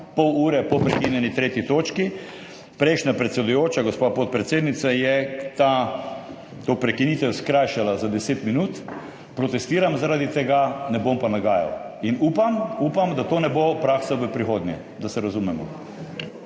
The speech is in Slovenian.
pol ure po prekinjeni 3. točki, prejšnja predsedujoča, gospa podpredsednica je ta,, to prekinitev skrajšala za deset minut. Protestiram zaradi tega, ne bom pa nagajal in upam, upam, da to ne bo praksa v prihodnje, da se razumemo.